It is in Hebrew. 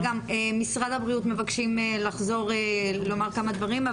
גם ממשרד הבריאות מבקשים לחזור לומר כמה דברים.